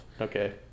Okay